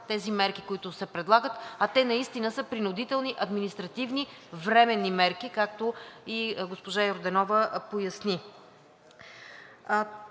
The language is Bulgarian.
тези мерки, които се предлагат, а те наистина са принудителни административни временни мерки, както и госпожа Йорданова поясни.